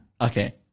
Okay